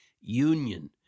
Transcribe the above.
union